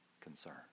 concern